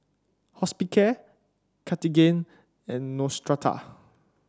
Hospicare Cartigain and Neostrata